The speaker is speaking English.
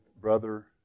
brother